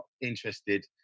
interested